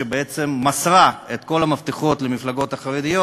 שבעצם מסרה את כל המפתחות למפלגות החרדיות,